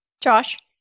Josh